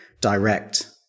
direct